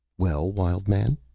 well, wild man?